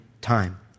time